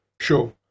sure